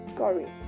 sorry